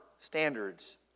standards